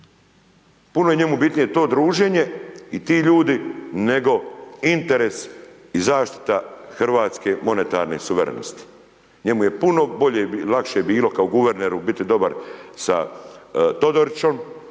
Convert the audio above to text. puno je njemu bitnije to druženje i ti ljudi, nego interes i zaštita hrvatske monetarne suverenosti, njemu je puno bolje i lakše bilo kao guverneru biti dobar sa Todorićem